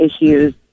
issues